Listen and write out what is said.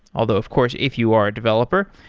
although of course if you are a developer,